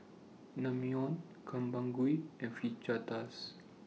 Naengmyeon Gobchang Gui and Fajitas